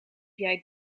jij